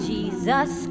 Jesus